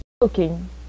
cooking